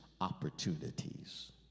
opportunities